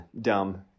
dumb